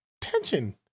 tension